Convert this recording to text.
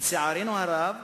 לצערנו הרב,